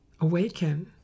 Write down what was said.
awaken